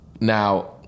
Now